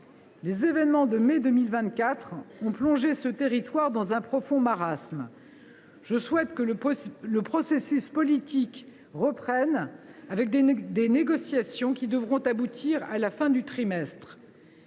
Les événements de mai 2024 ont plongé ce territoire dans un profond marasme. Je souhaite que le processus politique reprenne et que les négociations aboutissent à la fin du trimestre.